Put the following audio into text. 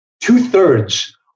Two-thirds